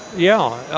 yeah